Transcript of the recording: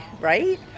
right